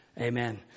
Amen